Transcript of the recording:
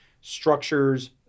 structures